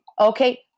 Okay